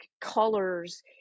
colors